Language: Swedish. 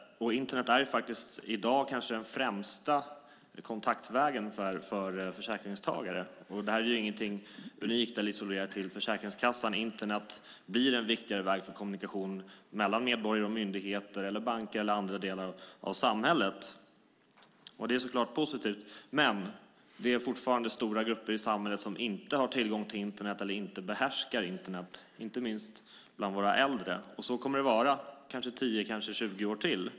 Internet är i dag kanske den främsta kontaktvägen för försäkringstagare, och det är ingenting unikt eller isolerat till Försäkringskassan. Internet blir en viktig väg till kommunikation mellan medborgare och myndigheter, banker eller andra delar av samhället, och det är positivt. Men det är fortfarande stora grupper i samhället som inte har tillgång till Internet eller som inte behärskar Internat, inte minst bland våra äldre, och så kommer det att vara kanske 10-20 år till.